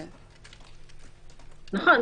נכון.